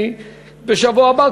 בשבוע הבא,